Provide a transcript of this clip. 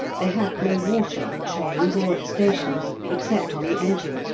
they have no water on trains or at stations, except on the engine,